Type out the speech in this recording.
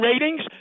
ratings